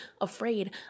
afraid